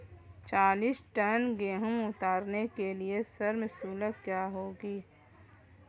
चालीस टन गेहूँ उतारने के लिए श्रम शुल्क क्या होगा?